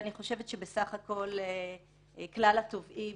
אני חושבת שבסך הכול כלל התובעים